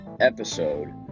episode